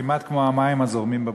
כמעט כמו המים הזורמים בברזים.